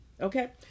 okay